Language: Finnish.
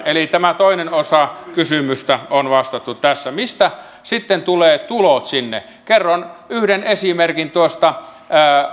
eli tämä toinen osa kysymystä on vastattu tässä mistä sitten tulevat tulot sinne kerron yhden esimerkin tuosta